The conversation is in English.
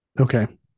Okay